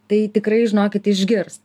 tai tikrai žinokit išgirs